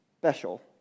special